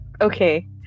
okay